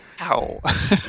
Ow